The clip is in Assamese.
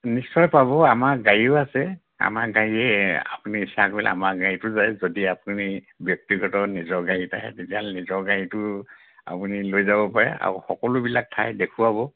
নিশ্চয় পাব আমাৰ গাড়ীও আছে আমাৰ গাড়ীয়ে আপুনি ইচ্চা কৰিলে আমাৰ গাড়ীটো যায় যদি আপুনি ব্যক্তিগত নিজৰ গাড়ীত আহে তেতিয়াহ'লে নিজৰ গাড়ীটো আপুনি লৈ যাব পাৰে আৰু সকলোবিলাক ঠাই দেখুৱাব